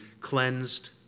cleansed